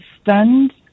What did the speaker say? stunned